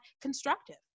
constructive